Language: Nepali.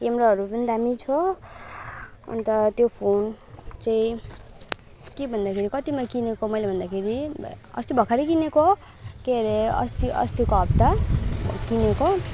क्यामेराहरू पनि दामी छ अन्त त्यो फोन चाहिँ के भन्दाखेरि कत्तिमा किनेको मैले भन्दाखेरि अस्ति भर्खरै किनेको के अरे अस्ति अस्तिको हप्ता किनेको